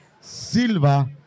Silva